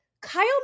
Kyle